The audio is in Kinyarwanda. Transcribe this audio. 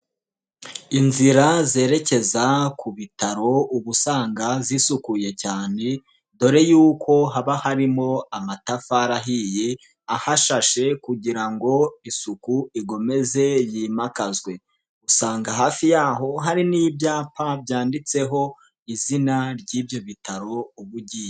Inzira zerekeza ku bitaro uba usanga zisukuye cyane dore yuko haba harimo amatafari ahiye ahashashe kugira ngo isuku ikomeze yimakazwe. Usanga hafi yaho hari n'ibyapa byanditseho izina ry'ibyo bitaro uba ugiye...